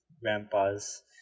grandpas